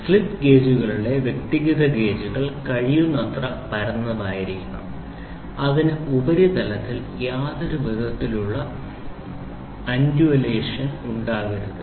slip ഗേജുളിലെ വ്യക്തിഗത ഗേജുകൾ കഴിയുന്നത്ര പരന്നതായിരിക്കണം അതിന് ഉപരിതലത്തിൽ യാതൊരു വിധത്തിലുള്ള അൺഡുവലേഷൻ ഉണ്ടാകരുത്